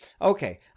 Okay